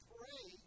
Pray